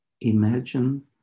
imagine